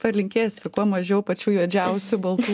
palinkėsiu kuo mažiau pačių juodžiausių baltų